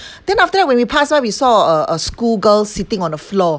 then after that when we pass by we saw a a school girl sitting on the floor